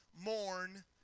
mourn